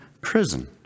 prison